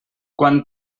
quan